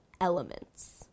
elements